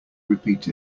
repeat